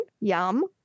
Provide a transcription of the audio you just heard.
Yum